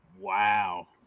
wow